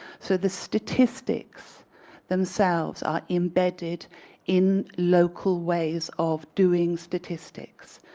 so the statistics themselves are embedded in local ways of doing statistics,